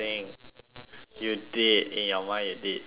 you did in your mind you did sing